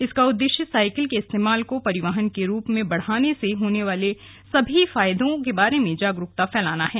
इसका उद्देश्य साइकिल के इस्तेमाल को परिवहन के रूप में बढ़ाने से होने वाले विभिन्न फायदों के बारे में जागरूकता फैलाना है